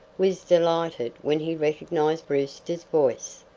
was delighted when he recognized brewster's voice.